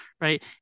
right